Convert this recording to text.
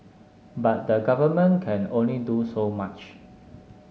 but the Government can only do so much